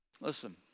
Listen